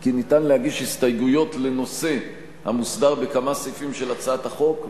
כי ניתן להגיש הסתייגויות לנושא המוסדר בכמה סעיפים של הצעת החוק,